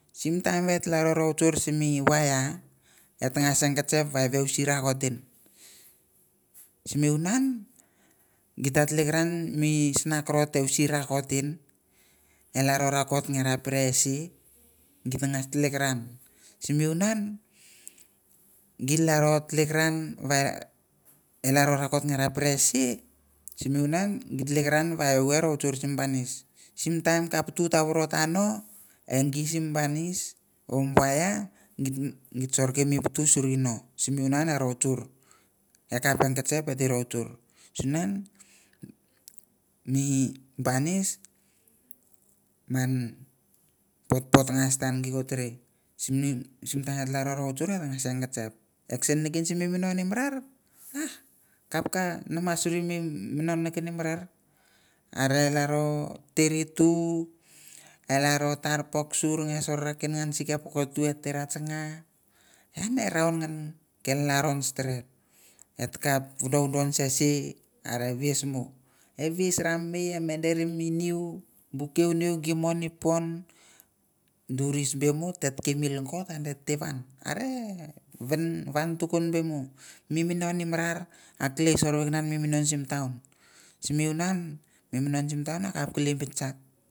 Simtaim wah laro rouchur simi waia ateng as kenchep wah wosira akot nin simi wunah gita etlik ran me misna rokot ti si rakot nin alro ra nge pere si simimunan gitling ran wa rochur sim banis sitaim kapatu to worot ano engi sim banis ong paid git sroken me vutus surin no simiwunan a rowchur akap enkenchep eti rowchur sunen me banis man potpot ngas teve simtaim laro rowchur askehchep akchin ninkin minon mimarar ah kap ka nomasirum i minon kinen sorekin an sikep kot tuat tangan an ne raun ngan ke laro steret et akap wudon wudon se si are whis mo ch whis pon duris bemo tite longko andite wan are wan tuku bemo minon marar atleast minon sim taun simiwunan imunan simtaim akap kelei bit chang.